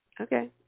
Okay